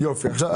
מקומיות.